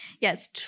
yes